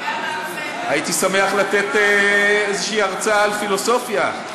הייתי שמח לתת איזושהי הרצאה על פילוסופיה.